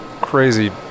crazy